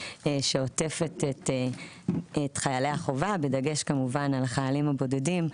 שעוטפת את חיילי החובה בדגש כמובן על החיילים הבודדים.